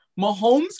Mahomes